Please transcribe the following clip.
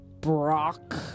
Brock